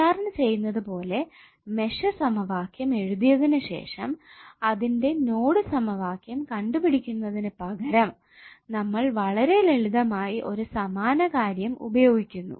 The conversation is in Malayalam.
സാധാരണ ചെയ്യുന്നതുപോലെ പോലെ മെഷ് സമവാക്യം എഴുതിയതിനു ശേഷം അതിന്റെ നോഡ് സമവാക്യം കണ്ടുപിടിക്കുന്നതിനു പകരം നമ്മൾ വളരെ ലളിതമായി ഒരു സമാനമായ കാര്യം ഉപയോഗിക്കുന്നു